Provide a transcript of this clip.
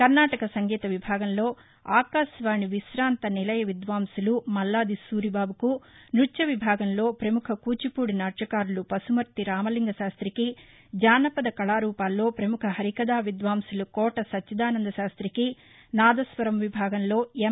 కర్నాటక సంగీత విభాగంలో ఆకాశవాణి విశాంత నిలయ విద్వాంసులు మల్లాది సూరిబాబుకు న్బత్య విభాగంలో ప్రముఖ కూచిపూడి నాట్యకారులు పశుమర్తి రామలింగశాస్తికి జానపద కళారూపాల్లో పముఖ హరికథా విద్వాంసులు కోట సచ్చిదానంద శాస్తికి నాదస్వరం విభాగంలో ఎన్